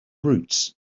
roots